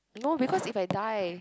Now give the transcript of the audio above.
no because if I die